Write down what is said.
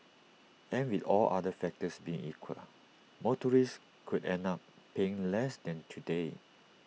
and with all other factors being equal motorists could end up paying less than today